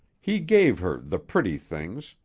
he gave her the pretty things,